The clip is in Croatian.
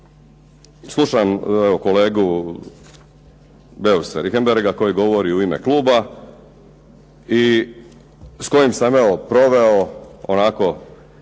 slušam kolegu Beusa Richembergha koji govori u ime kluba i s kojim sam evo proveo onako